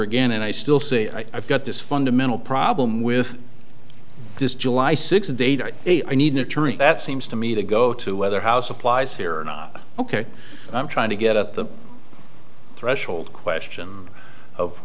again and i still say i've got this fundamental problem with this july sixth date or a i need an attorney that seems to me to go to whether house applies here or not ok i'm trying to get at the threshold question of